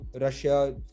Russia